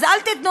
אז אל תיתנו